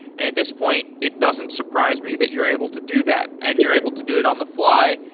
and at this point, it doesn't surprise me that you're able to do that and you're able to do it on the fly.